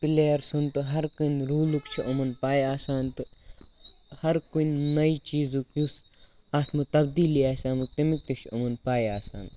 player سُنٛد تہٕ ہر کُنہِ روٗلُک چھُ یِمَن پَے آسان تہٕ ہَر کُنہِ نَیہِ چیٖزُک یُس اَتھ مہ تبدیٖلی آسہِ آمُت تَمیُک تہِ چھُ یِمَن پَے آسان